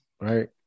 right